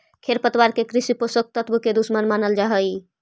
खेरपतवार के कृषि पोषक तत्व के दुश्मन मानल जा हई